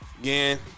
Again